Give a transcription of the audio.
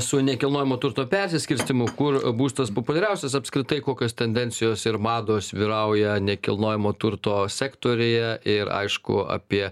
su nekilnojamo turto persiskirstymu kur būstas populiariausias apskritai kokios tendencijos ir mados vyrauja nekilnojamo turto sektoriuje ir aišku apie